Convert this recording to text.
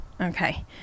Okay